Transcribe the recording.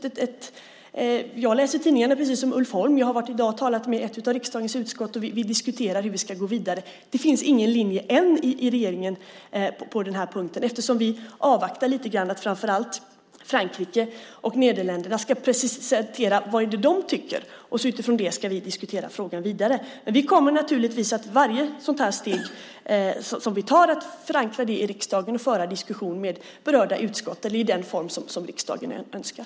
Jag läser tidningarna, precis som Ulf Holm. I dag har jag talat med ett av riksdagens utskott. Vi diskuterar hur vi ska gå vidare. Det finns ännu ingen linje i regeringen på den här punkten eftersom vi avvaktar lite grann att framför allt Frankrike och Nederländerna ska presentera vad de tycker. Utifrån det ska vi diskutera frågan vidare. Vi kommer naturligtvis att, för varje sådant här steg som vi tar, förankra det i riksdagen och föra diskussion med berörda utskott eller i den form som riksdagen önskar.